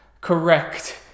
correct